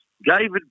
David